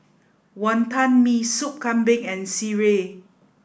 Wonton Mee Soup Kambing and Sireh